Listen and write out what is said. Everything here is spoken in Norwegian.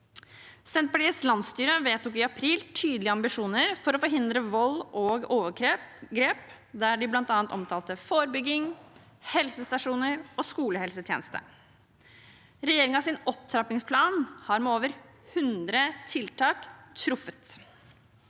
Senterpartiets landsstyre vedtok i april tydelige ambisjoner for å forhindre vold og overgrep, der de bl.a. omtalte forebygging, helsestasjoner og skolehelsetjeneste. Regjeringens opptrappingsplan med over 100 tiltak har truffet.